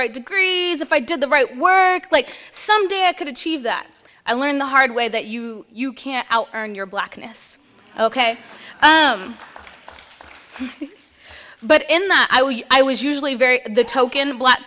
right degrees if i did the right work like some day i could achieve that i learned the hard way that you you can earn your blackness ok but in that i was usually very the token black